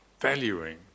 valuing